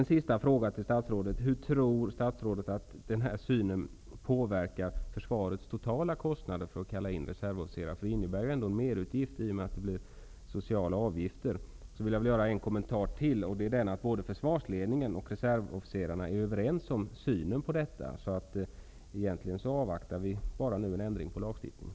En sista fråga till statsrådet: Hur tror statsrådet att den här synen påverkar försvarets totala kostnader för inkallelse av reservofficerare? Det innebär ju ändå en merutgift, i och med att det blir fråga om sociala avgifter. Jag vill dessutom ge ännu en kommentar, nämligen den att försvarsledningen och reservofficerarna har samma uppfattning i den här frågan. Egentligen avvaktar vi nu bara en ändring av lagstiftningen.